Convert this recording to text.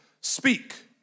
Speak